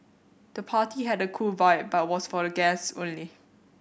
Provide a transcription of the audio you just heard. the party had a cool vibe but was for the guests only